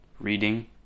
Reading